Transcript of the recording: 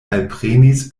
alprenis